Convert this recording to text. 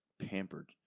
pampered